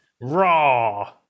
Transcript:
Raw